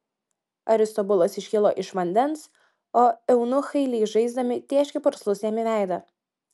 aristobulas iškilo iš vandens o eunuchai lyg žaisdami tėškė purslus jam į veidą